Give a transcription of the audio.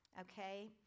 okay